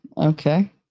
Okay